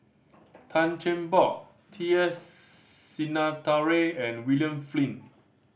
Tan Cheng Bock T S Sinnathuray and William Flint